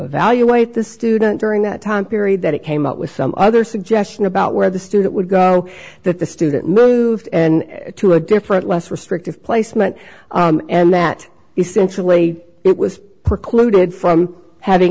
evaluate the student during that time period that it came up with some other suggestion about where the student would go that the student moved to a different less restrictive placement and that essentially it was precluded from having